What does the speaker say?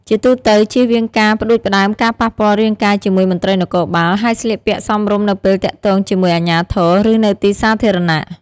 ជាទូទៅ ជៀសវាងការផ្តួចផ្តើមការប៉ះពាល់រាងកាយជាមួយមន្ត្រីនគរបាល ហើយស្លៀកពាក់សមរម្យនៅពេលទាក់ទងជាមួយអាជ្ញាធរ ឬនៅទីសាធារណៈ។